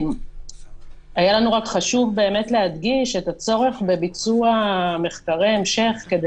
היה לנו רק חשוב להדגיש את הצורך בביצוע מחקרי המשך כדי